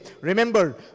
Remember